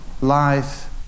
life